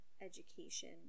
education